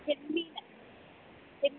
ചെമ്മീന് ചെമ്മീൻ